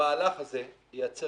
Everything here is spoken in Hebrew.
המהלך הזה לייצר